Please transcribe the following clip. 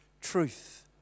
Truth